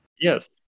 yes